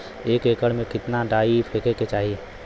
एक एकड़ में कितना डाई फेके के चाही?